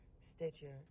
Stitcher